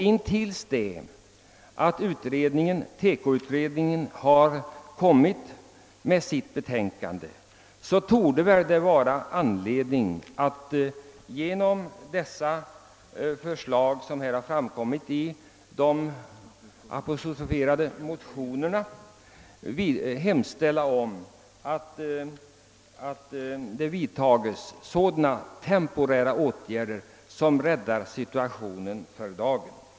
Intill dess TEKO-utredningen har framlagt sitt betänkande torde det vara anledning att i enlighet med de förslag som har framkommit i de apostroferade motionerna hemställa om att det vidtas temporära åtgärder som räddar situationen för dagen.